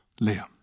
Liam